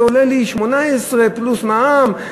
זה עולה לי 18 פלוס מע"מ,